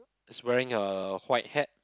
is wearing a white hat